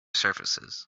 surfaces